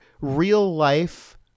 real-life